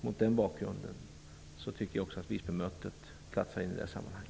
Mot den bakgrunden tycker jag också att Visbymötet platsar i detta sammanhang.